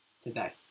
today